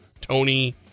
Tony